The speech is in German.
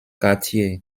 quartiers